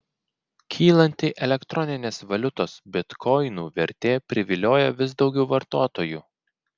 kylanti elektroninės valiutos bitkoinų vertė privilioja vis daug vartotojų